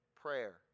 prayer